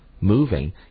moving